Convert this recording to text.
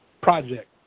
project